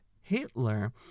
Hitler